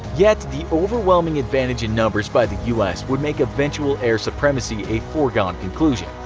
yet the overwhelming advantage in numbers by the us would make eventual air supremacy a forgone conclusion.